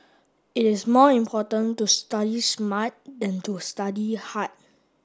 it is more important to study smart than to study hard